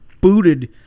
booted